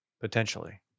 Potentially